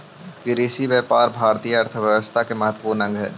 कृषिव्यापार भारतीय अर्थव्यवस्था के महत्त्वपूर्ण अंग हइ